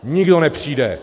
Nikdo nepřijde.